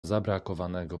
zabrakowanego